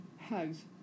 hugs